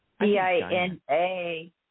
D-I-N-A